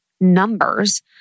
numbers